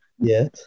Yes